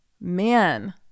man